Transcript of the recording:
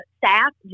staff